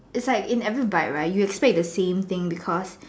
it's like in every bite right you expect the same thing because